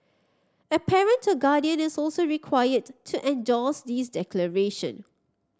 a parent or guardian is also required to endorse this declaration